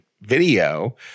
video